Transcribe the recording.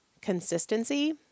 consistency